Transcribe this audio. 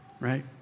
right